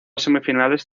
semifinales